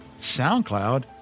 SoundCloud